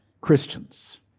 Christians